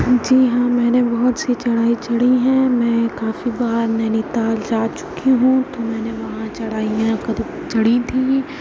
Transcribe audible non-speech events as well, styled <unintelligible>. جی ہاں میں نے بہت سی چڑھائی چڑھی ہیں میں کافی بار نینی تال جا چکی ہوں تو میں نے وہاں چڑھائیاں <unintelligible> چڑھی تھیں